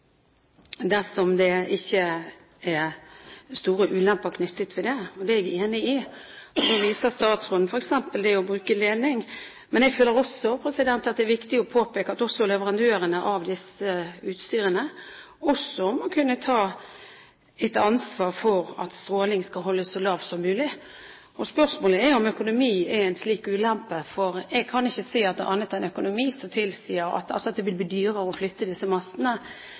dersom det ikke er store ulemper knyttet til det. Det er jeg enig i. Så viser statsråden f.eks. til det å bruke ledning. Men jeg føler at det er viktig å påpeke at også leverandørene av dette utstyret må kunne ta et ansvar for at strålingen skal holdes så lav som mulig. Spørsmålet er om økonomi er en slik ulempe, for jeg kan ikke se at det er annet enn økonomi som tilsier at det blir vanskelig å flytte disse mastene for selskapene, og at det kanskje er det som gjør at man velger ikke å flytte